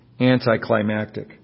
anticlimactic